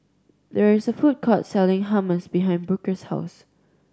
there is a food court selling Hummus behind Booker's house